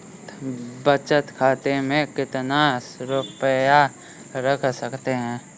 बचत खाते में कितना रुपया रख सकते हैं?